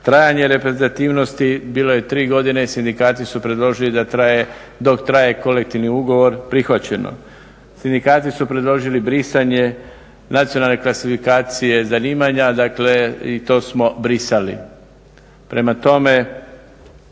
Trajanje reprezentativnosti bilo je tri godine, sindikati su predložili da traje dok traje kolektivni ugovor, prihvaćeno. Sindikati su predložili nacionalne klasifikacije zanimanja dakle i to smo brisali. Prema tome